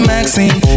Maxine